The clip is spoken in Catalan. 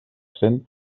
cent